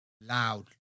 loud